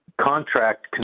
contract